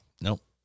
Nope